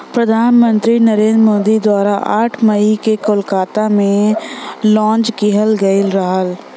प्रधान मंत्री नरेंद्र मोदी द्वारा आठ मई के कोलकाता में लॉन्च किहल गयल रहल